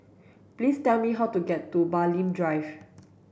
please tell me how to get to Bulim Drive